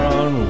on